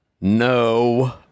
No